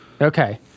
Okay